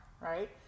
right